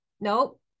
Nope